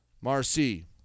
Marcy